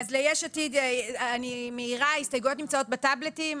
אני מעירה, ההסתייגויות נמצאות בטאבלטים.